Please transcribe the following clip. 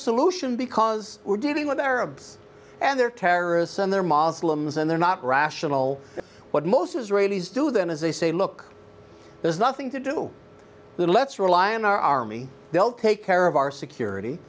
solution because we're dealing with arabs and they're terrorists and they're moslems and they're not rational what most israelis do then is they say look there's nothing to do then let's rely on our army they'll take care of our security